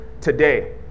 today